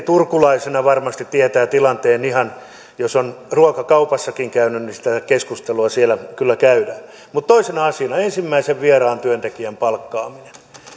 turkulaisena varmasti tietää tilanteen ihan jos on ruokakaupassakin käynyt sitä keskustelua siellä kyllä käydään mutta toisena asiana ensimmäisen vieraan työntekijän palkkaaminen